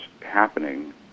happening